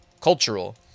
cultural